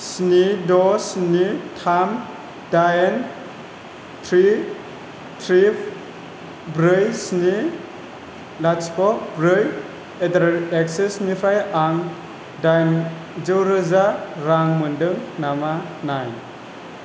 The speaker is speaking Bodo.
स्नि दट स्नि थाम डाइन ट्रि ट्रि ब्रै स्नि लाथिख' ब्रै एडारेट एक्सिस निफ्राय आं डाइनजौ रोजा रां मोन्दों नामा नाय